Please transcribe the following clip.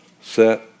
Set